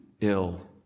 ill